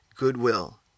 Goodwill